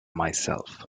myself